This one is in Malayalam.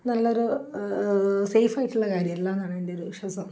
നല്ലൊരു സേഫായിട്ടുള്ള കാര്യമല്ല എന്നാണ് എൻ്റെ ഒരു വിശ്വാസം